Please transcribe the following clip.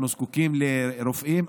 אנחנו זקוקים לרופאים,